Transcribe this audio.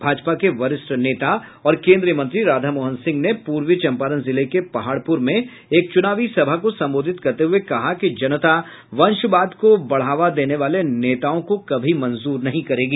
भाजपा के वरिष्ठ नेता और केन्द्रीय मंत्री राधामोहन सिंह ने पूर्वी चंपारण जिले के पहाड़पुर में एक चुनावी सभा को संबोधित करते हुए कहा कि जनता वंशवाद को बढ़ावा देने वाले नेताओं को कभी मंजूर नहीं करेगी